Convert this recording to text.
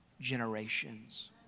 generations